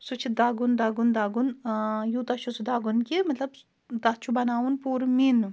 سُہ چھِ دَگُن دَگُن دَگُن یوٗتاہ چھِ سُہ دَگُن کہِ مطلب تَتھ چھُ بَناوُن پوٗرٕ میٖنہٕ